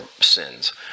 sins